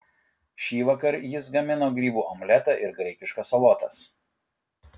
šįvakar jis gamino grybų omletą ir graikiškas salotas